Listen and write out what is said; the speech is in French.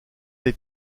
des